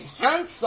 handsome